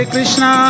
Krishna